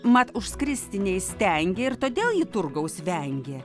mat užskristi neįstengė ir todėl ji turgaus vengė